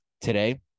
today